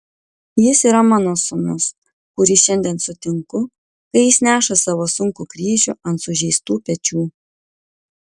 jis yra mano sūnus kurį šiandien sutinku kai jis neša savo sunkų kryžių ant sužeistų pečių